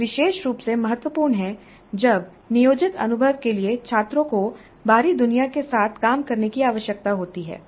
यह विशेष रूप से महत्वपूर्ण है जब नियोजित अनुभव के लिए छात्रों को बाहरी दुनिया के साथ काम करने की आवश्यकता होती है